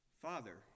Father